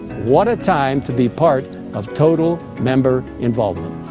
what a time to be part of total member involvement.